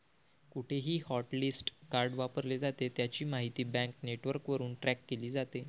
कुठेही hotlist card वापरले जाते, त्याची माहिती बँक नेटवर्कवरून ट्रॅक केली जाते